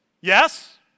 Yes